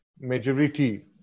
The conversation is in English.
majority